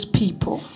people